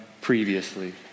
previously